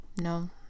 no